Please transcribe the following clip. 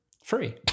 Free